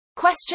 Question